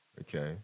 Okay